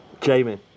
Jamie